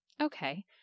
Okay